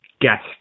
guest